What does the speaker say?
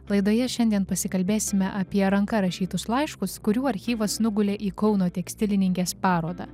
laidoje šiandien pasikalbėsime apie ranka rašytus laiškus kurių archyvas nugulė į kauno tekstilininkės parodą